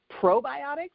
probiotics